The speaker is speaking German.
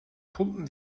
pumpen